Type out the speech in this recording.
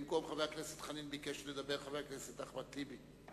במקום חבר הכנסת חנין ביקש לדבר חבר הכנסת אחמד טיבי.